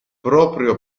proprio